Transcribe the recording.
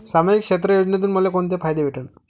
सामाजिक क्षेत्र योजनेतून मले कोंते फायदे भेटन?